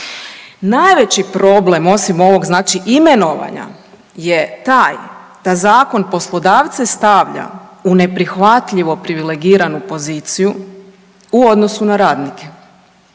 Najveći problem osim ovog znači imenovanja je taj da zakon poslodavce stavlja u neprihvatljivo privilegiranu poziciju u odnosu na radnike.